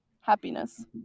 happiness